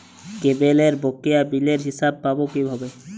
কেবলের বকেয়া বিলের হিসাব পাব কিভাবে?